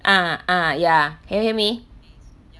ah ah ya can you hear me